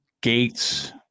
Gates